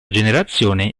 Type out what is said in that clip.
generazione